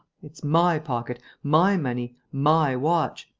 it's my pocket, my money, my watch.